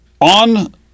on